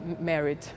married